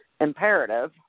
imperative